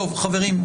חברים,